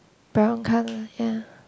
brown colour ya